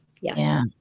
Yes